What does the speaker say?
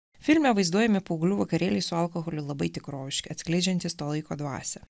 filme vaizduojami paauglių vakarėliai su alkoholiu labai tikroviški atskleidžiantys to laiko dvasią